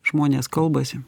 žmonės kalbasi